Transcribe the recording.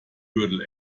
gürtel